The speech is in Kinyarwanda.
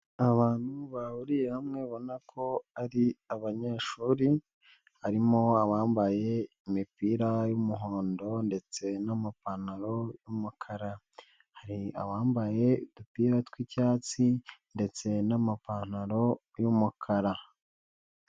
Abantu bahuriye hamwe ubona ko ari abanyeshuri, harimo abambaye imipira y'umuhondo ndetse n'amapantaro y'umukara, hari abambaye udupira tw'icyatsi ndetse n'amapantaro y'umukara.